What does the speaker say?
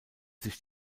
sich